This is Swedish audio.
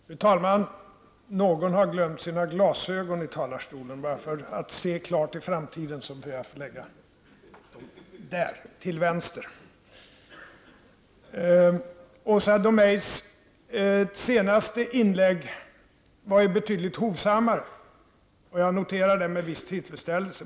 Fru talman! Någon har glömt sina glasögon i talarstolen. För att vederbörande skall kunna se klart i framtiden lägger jag dem här till vänster. Åsa Domeijs senaste inlägg var betydligt hovsammare än det tidigare. Jag noterar det med viss tillfredsställelse.